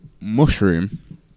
Mushroom